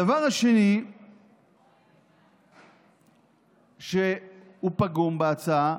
הדבר השני שפגום בהצעה,